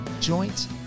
Joint